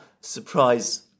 surprise